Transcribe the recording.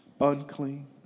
unclean